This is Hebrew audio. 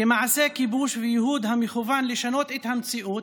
כמעשה כיבוש וייהוד המכוון לשנות את המציאות,